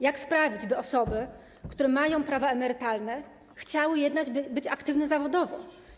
Jak sprawić, by osoby, które mają prawa emerytalne, chciały być aktywne zawodowo?